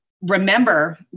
remember